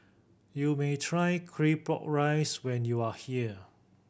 you may try Claypot Rice when you are here